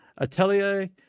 Atelier